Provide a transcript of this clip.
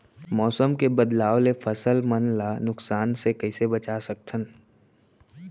मौसम के बदलाव ले फसल मन ला नुकसान से कइसे बचा सकथन?